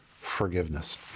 Forgiveness